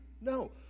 No